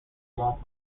wal